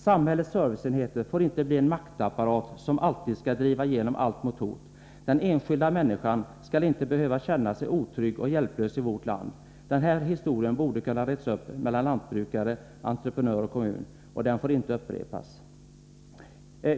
Samhällets serviceenheter får inte bli en maktapparat som alltid skall driva igenom allt med hot. Den enskilda människan skall inte behöva känna sig otrygg och hjälplös i vårt land. Den här historien borde man kunna ha rett upp mellan lantbrukare-entreprenör och kommun. Den får inte upprepas!